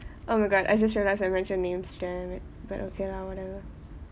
oh my god I just realise I mentioned names damn it but okay lah whatever